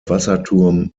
wasserturm